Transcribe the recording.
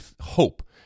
hope